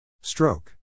Stroke